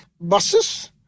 buses